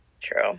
True